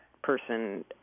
person